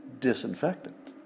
disinfectant